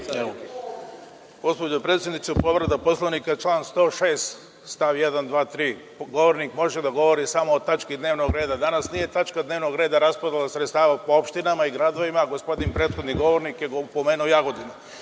Gospođo predsednice, povreda Poslovnika član 106. stav 1, 2, 3. da govornik može da govori samo o tački dnevnog reda. Danas nije tačka dnevnog reda raspodela sredstava po opštinama i gradovima. Gospodin prethodni govornik je pomenuo Jagodinu. Zbog